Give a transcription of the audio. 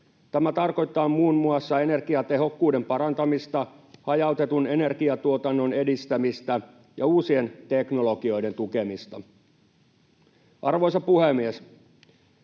Tämä tarkoittaa muun muassa energiatehokkuuden parantamista, hajautetun energiatuotannon edistämistä ja uusien teknologioiden tukemista. Arvoisa puhemies!